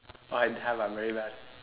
oh I have I'm very bad